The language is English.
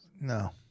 No